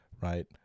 right